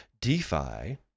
DeFi